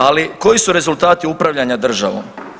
Ali, koji su rezultati upravljanja državom?